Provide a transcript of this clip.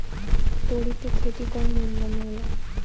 तोड़ी के खेती कउन महीना में होला?